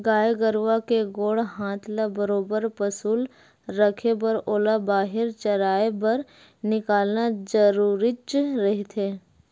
गाय गरुवा के गोड़ हात ल बरोबर पसुल रखे बर ओला बाहिर चराए बर निकालना जरुरीच रहिथे